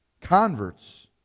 Converts